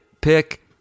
pick